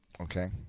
Okay